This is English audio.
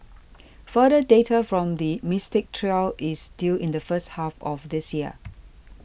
further data from the Mystic trial is due in the first half of this year